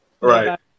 Right